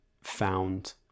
found